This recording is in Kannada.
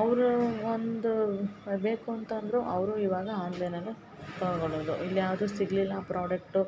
ಅವರು ಒಂದು ಬೇಕು ಅಂತ ಅಂದರು ಅವರು ಇವಾಗ ಆನ್ಲೈನಲ್ಲಿ ತಗೋಳೋದು ಇಲ್ಲಿ ಯಾವುದು ಸಿಗಲಿಲ್ಲ ಪ್ರಾಡೆಕ್ಟು